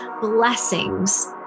blessings